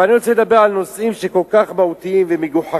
אבל אני רוצה לדבר על נושאים שכל כך מהותיים ומגוחכים,